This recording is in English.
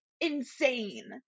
insane